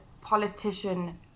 politician